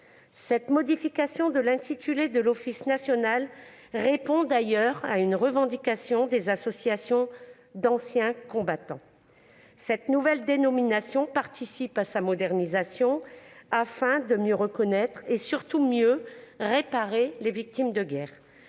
La modification de l'intitulé de l'Office national répond d'ailleurs à une revendication des associations d'anciens combattants. Cette nouvelle dénomination participe de sa modernisation, afin que soient mieux reconnues et surtout mieux réparées les victimes de guerre.